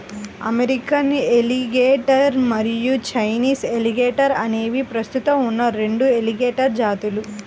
American alligator మరియు Chinese alligator అనేవి ప్రస్తుతం ఉన్న రెండు ఎలిగేటర్ జాతులు